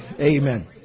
Amen